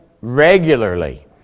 regularly